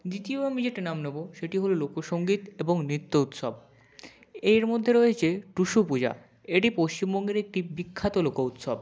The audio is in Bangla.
দ্বিতীয় আমি যেটা নাম নেবো সেটি হলো লোকসঙ্গীত এবং নৃত্য উৎসব এর মধ্যে রয়েছে টুসু পূজা এটি পশ্চিমবঙ্গের একটি বিখ্যাত লোক উৎসব